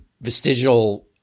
vestigial